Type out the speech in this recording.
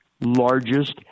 largest